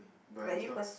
but it's not